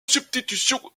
substitution